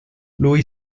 lui